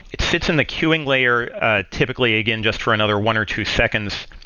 it sits in the queuing layer typically again just for another one or two seconds,